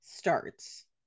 Starts